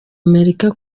amerika